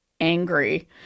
angry